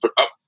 up